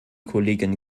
kollegin